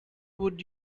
would